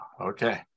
Okay